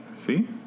See